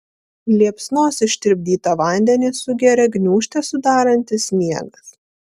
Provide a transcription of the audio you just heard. liepsnos ištirpdytą vandenį sugeria gniūžtę sudarantis sniegas